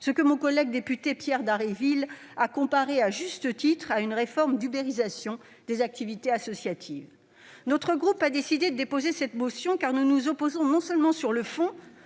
ce que mon collègue député Pierre Dharréville a comparé, à juste titre, à une forme d'ubérisation des activités associatives. Notre groupe a déposé cette motion car nous nous opposons au texte non seulement sur le fond,